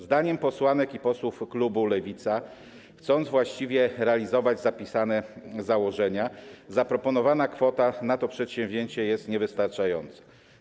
Zdaniem posłanek i posłów klubu Lewica, aby właściwie realizować zapisane założenia, zaproponowana kwota na to przedsięwzięcie jest niewystarczająca.